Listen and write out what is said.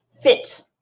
fit